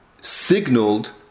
signaled